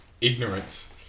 ignorance